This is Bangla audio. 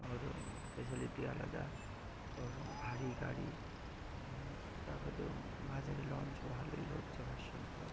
ওর ফেসিলিটি আলাদা ওর ভারী গাড়ি তার পরে তো বাজারে লঞ্চও ভালোই হচ্ছে ভার্সন ফোর